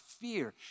fear